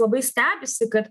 labai stebisi kad